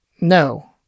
no